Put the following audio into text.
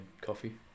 coffee